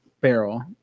barrel